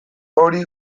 hori